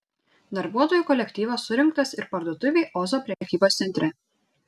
darbuotojų kolektyvas surinktas ir parduotuvei ozo prekybos centre